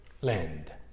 land